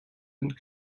and